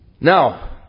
Now